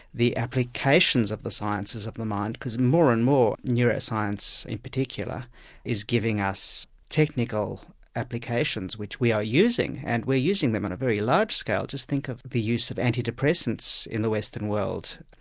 the applications of the sciences of the mind, because more and more, neuroscience in particular is giving us technical applications which we are using and we're using them on a very large scale just think of the use of anti-depressants in the western world.